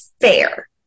fair